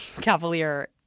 cavalier